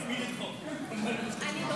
נתקבלה.